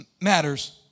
matters